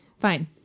Fine